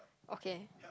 okay